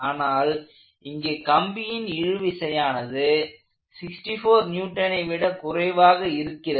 ஆனால் இங்கே கம்பியின் இழுவிசையானது 64Nஐ விட குறைவாக இருக்கிறது